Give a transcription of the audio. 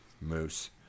moose